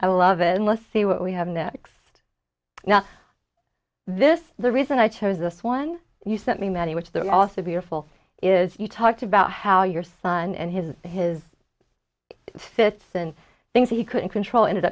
i love and let's see what we have next now this the reason i chose this one you sent me many which the author beautiful is you talked about how your son and his his fifth and things he couldn't control ended